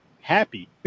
happy